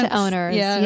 owners